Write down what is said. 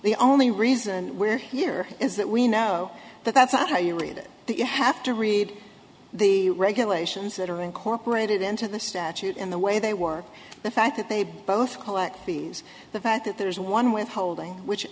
the only reason we're here is that we know that that's not how you read it you have to read the regulations that are incorporated into the statute in the way they work the fact that they both collect fees the fact that there's one withholding which